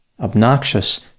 obnoxious